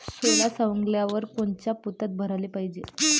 सोला सवंगल्यावर कोनच्या पोत्यात भराले पायजे?